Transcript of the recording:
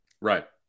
Right